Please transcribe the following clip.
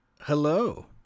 Hello